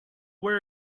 where